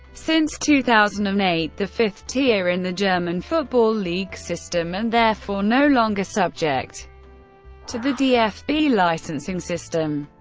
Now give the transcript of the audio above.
since two thousand and eight the fifth tier in the german football league system and therefore no longer subject to the dfb licensing system.